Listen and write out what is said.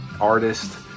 artist